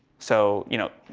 so you know,